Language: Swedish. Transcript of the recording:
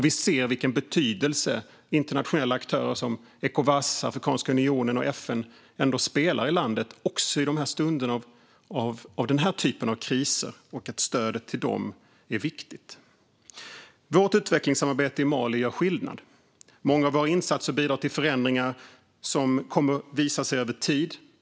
Vi ser vilken betydelse internationella aktörer som Ecowas, Afrikanska unionen och FN har i landet, också i stunder av kriser som denna, och att stödet till dem är viktigt. Vårt utvecklingssamarbete i Mali gör skillnad. Många av våra insatser bidrar till förändringar som kommer att visa sig över tid.